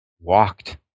walked